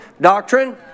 Doctrine